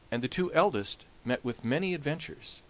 and the two eldest met with many adventures